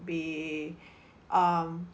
be um